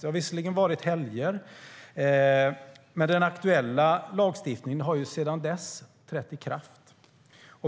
Det har visserligen varit helger, men den aktuella lagstiftningen har sedan dess trätt i kraft.